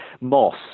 moss